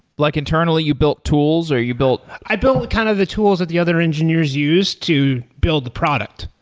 like internally you built tools or you built i build kind of the tools that the other engineers use to build the product,